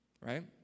Right